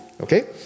okay